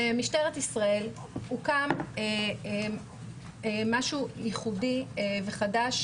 במשטרת ישראל הוקם משהו ייחודי וחדש